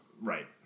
Right